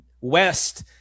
West